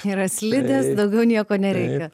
yra slidės daugiau nieko nereikia